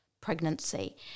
pregnancy